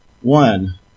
One